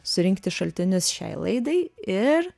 surinkti šaltinius šiai laidai ir